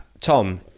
Tom